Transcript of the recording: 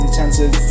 Intensive